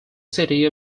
city